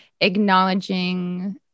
acknowledging